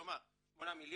כלומר 8,